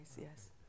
yes